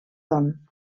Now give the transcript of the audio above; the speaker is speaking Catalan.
don